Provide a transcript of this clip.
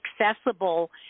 accessible